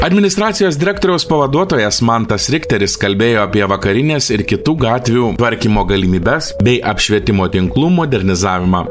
administracijos direktoriaus pavaduotojas mantas richteris kalbėjo apie vakarinės ir kitų gatvių tvarkymo galimybes bei apšvietimo tinklų modernizavimą